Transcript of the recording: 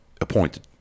appointed